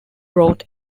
brought